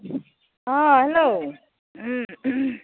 hello